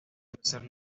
tercer